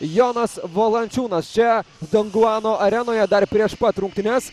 jonas valančiūnas čia donguano arenoje dar prieš pat rungtynes